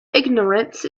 ignorance